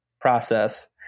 process